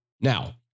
Now